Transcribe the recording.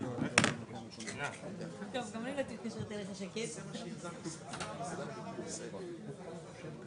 לא